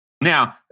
Now